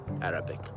Arabic